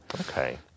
Okay